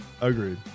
agreed